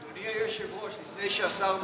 אדוני היושב-ראש, לפני שהשר מתחיל,